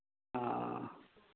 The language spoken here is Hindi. हाँ